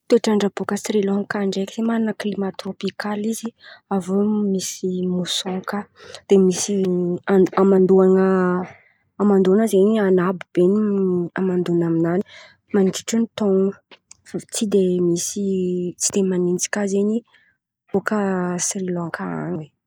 Toetran-dra baka Sirilanka ndreky zen̈y manana kiliman tirôpikaly izy, avô misy môsôn koa, de misy ama amandoan̈a, amandoan̈a zen̈y anambo be amandoana aminany mandritra ny taon̈o, tsy de misy tsy de maintsy kà zen̈y bôka Sirilanka an̈y zen̈y.